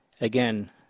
again